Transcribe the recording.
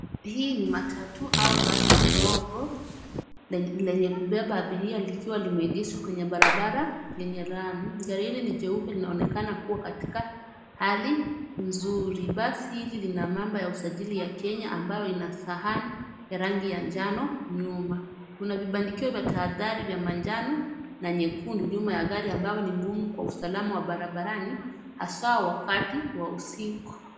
Hii ni Matatu au basi ndogo lenye kubeba abiria likiwa limeegeshwa kwenye barabara yenye lami. Gari hili ni jeupe likionekana kuwa katika hali nzuri. Basi hili lina namba ya usajili ya kenya ambayo lina sahani yenye rangi ya njano nyuma. Kuna vibandikio vya tahadhari ya manjano na nyekundu nyuma ya gari ambayo ni muhimu kwa usalama wa barabarani hasa nyakati wa usiku.